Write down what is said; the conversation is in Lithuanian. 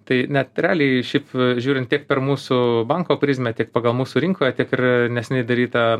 tai net realiai šiaip žiūrint tik per mūsų banko prizmę tik pagal mūsų rinkoje tiek ir neseniai daryta